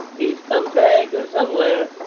he's come to anchor somewhere.